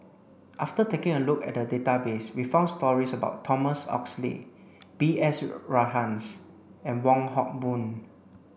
after taking a look at the database we found stories about Thomas Oxley B S Rajhans and Wong Hock Boon